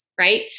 Right